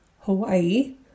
Hawaii